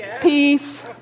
Peace